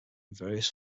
various